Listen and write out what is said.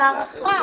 זו הארכה,